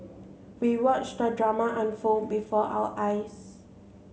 we watched the drama unfold before our eyes